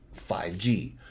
5G